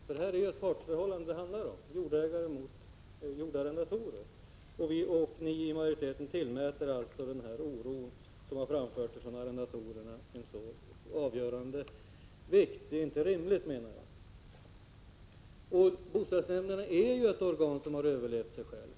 Det handlar om ett partsförhållande jordägare-arrendatorer. Ni inom majoriteten tillmäter alltså den oro som arrendatorerna givit uttryck för en avgörande betydelse. Detta är inte rimligt, menar jag. Boställsnämnderna är ju organ som har överlevt sig själva.